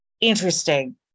interesting